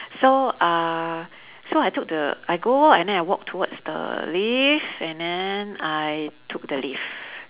so uh so I took the I go walk and then I walk towards the lift and then I took the lift